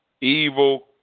Evil